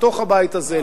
מתוך הבית הזה,